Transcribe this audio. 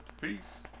peace